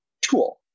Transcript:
tool